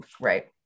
Right